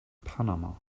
panama